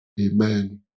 Amen